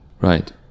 right